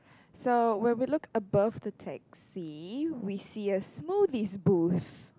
so when we look above the taxi we see a smoothies booth